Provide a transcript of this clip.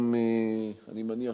גם אני מניח,